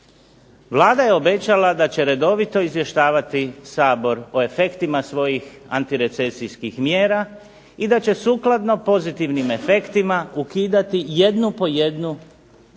Vlada je obećala da će redovito izvještavati Sabor o efektima svojih antirecesijskih mjera i da će sukladno pozitivnim efektima ukidati jednu po jednu